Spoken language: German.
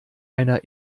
einer